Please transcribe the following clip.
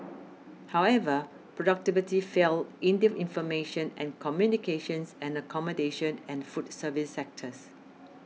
however productivity fell in the information and communications and accommodation and food services sectors